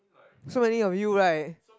so many of you right